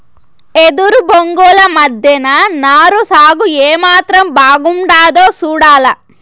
ఎదురు బొంగుల మద్దెన నారు సాగు ఏమాత్రం బాగుండాదో సూడాల